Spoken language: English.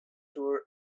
tour